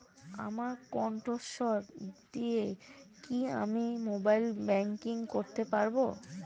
আমার কন্ঠস্বর দিয়ে কি আমি মোবাইলে ব্যাংকিং করতে পারবো?